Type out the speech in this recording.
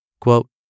Quote